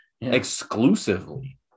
exclusively